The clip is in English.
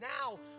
now